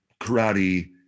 karate